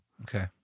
okay